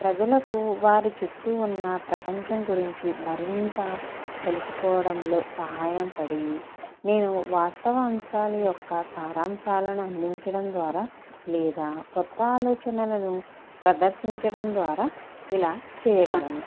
ప్రజలకు వారి చుట్టూ ఉన్న ప్రపంచం గురించి మరింత తెలుసుకోవడంలో సహాయ పడి నేను వాస్తవ అంశాల యొక్క సారాంశాలను అందించడం ద్వారా లేదా కొత్త ఆలోచనలను ప్రదర్శించడం ద్వారా ఇలా చేయగలను